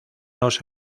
los